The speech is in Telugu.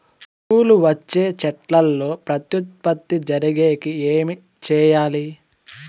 పూలు వచ్చే చెట్లల్లో ప్రత్యుత్పత్తి జరిగేకి ఏమి చేయాలి?